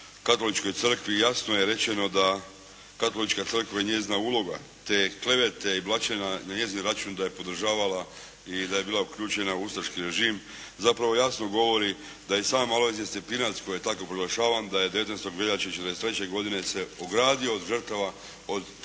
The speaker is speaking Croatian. Katoličkoj crkvi. Jasno je rečeno da Katolička crkva i njezina uloga, te klevete i blaćenje na njezin račun da je podržavala i da je bila uključena u ustaški režim, zapravo jasno govori da i sam Alojzije Stepinac, koji je tako proglašavan, da je 19. veljače '43. godine se ogradio od žrtava, od one ljage